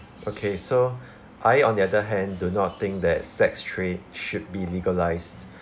okay so I on the other hand do not think that sex trade should be legalised